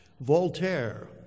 Voltaire